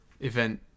event